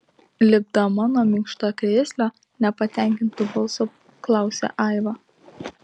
lipdama nuo minkštakrėslio nepatenkintu balsu klausia aiva